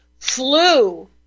flu